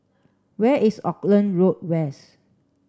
where is Auckland Road West